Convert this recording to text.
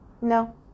No